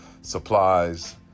supplies